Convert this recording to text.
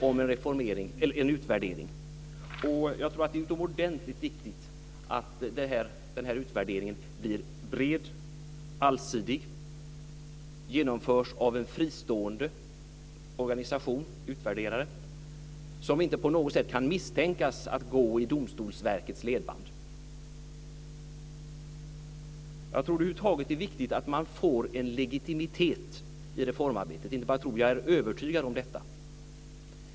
Jag tror att det är utomordentligt viktigt att utvärderingen blir bred och allsidig och att den genomförs av en fristående organisation och utvärderare som inte på något sätt kan misstänkas för att gå i Över huvud taget tror jag att det är viktigt att man får en legitimitet i reformarbetet - jag inte bara tror det, utan jag är övertygad om det.